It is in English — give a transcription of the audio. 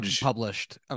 published